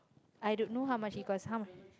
I don't know how much it cost how